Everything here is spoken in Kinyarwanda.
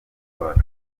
wacu